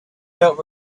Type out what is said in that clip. felt